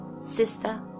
sister